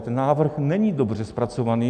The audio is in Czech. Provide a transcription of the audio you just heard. Ten návrh není dobře zpracovaný.